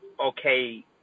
okay